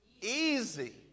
easy